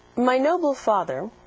my noble father,